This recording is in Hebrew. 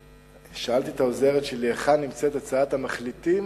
שאלתי את העוזרת שלי היכן הצעת המחליטים